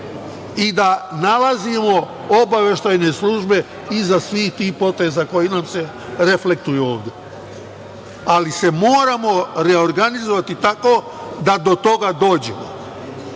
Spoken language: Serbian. i da nalazimo obaveštajne službe iza svih tih poteza koji nam se reflektuju ovde, ali se moramo reorganizovati tako da do toga dođe. Ne